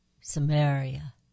Samaria